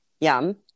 Yum